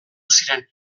ziren